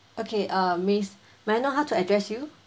okay uh miss may I know how to address you